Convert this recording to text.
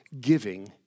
giving